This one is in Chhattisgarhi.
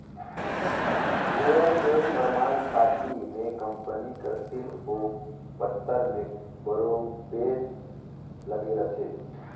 सेयर के परमान पाती में कंपनी कर सील ओ पतर में बरोबेर लगे रहथे